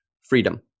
freedom